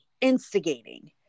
instigating